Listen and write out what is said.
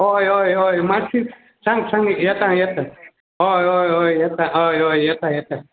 हय हय हय मातशी सांग सांग येता येता हय हय हय येता हय हय येता येता